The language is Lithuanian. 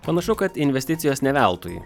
panašu kad investicijos ne veltui